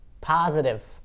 positive